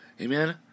Amen